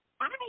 Hi